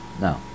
No